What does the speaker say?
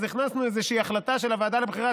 אז הכנסנו איזו החלטה של הוועדה לבחירת